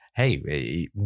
hey